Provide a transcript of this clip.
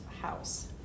house